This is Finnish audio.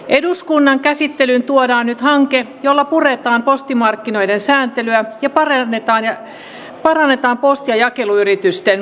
eduskunnan käsittelyyn tuodaan nyt hanke jolla puretaan postimarkkinoiden sääntelyä ja parannetaan posti ja jakeluyritysten kilpailukykyä